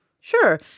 Sure